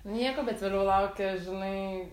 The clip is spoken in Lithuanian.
nieko bet vėliau laukia žinai